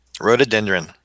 rhododendron